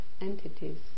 entities